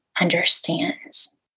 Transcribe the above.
understands